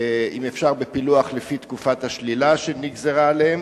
אם אפשר בפילוח לפי תקופת השלילה שנגזרה עליהם?